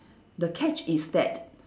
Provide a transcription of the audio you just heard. the catch is that